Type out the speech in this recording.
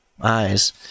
eyes